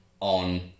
on